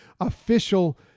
official